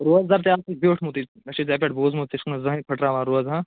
روزدار تہِ آسَکھ بیٖوٹھمُتٕے مےٚ چھُ ژےٚ پٮ۪ٹھ بوٗزمُت ژٕ چھُکھ نہٕ زٕہٲنۍ پھٕٹراوان روزٕ